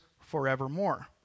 forevermore